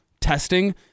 testing